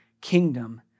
kingdom